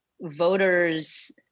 voters